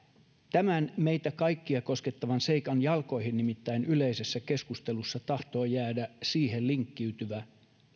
tämän meitä kaikkia koskettavan seikan jalkoihin nimittäin yleisessä keskustelussa tahtoo jäädä siihen linkkiytyvä